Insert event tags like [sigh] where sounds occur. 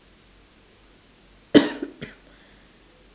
[coughs]